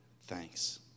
thanks